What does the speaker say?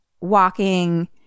walking